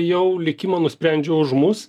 jau likimą nusprendžia už mus